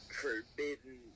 forbidden